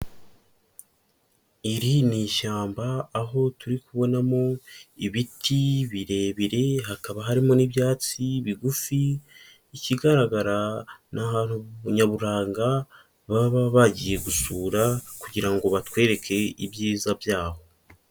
Iri ni ishyamba aho turi kubonamo ibiti birebire hakaba harimo n'ibyatsi bigufi, ikigaragara ni ahantu nyaburanga baba bagiye gusura kugira ngo batwereke ibyiza byaho.